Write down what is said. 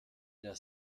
der